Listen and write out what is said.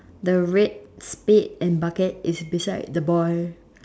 the red spade and bucket is beside the ball